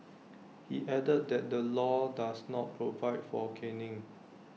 he added that the law does not provide for caning